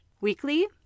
weekly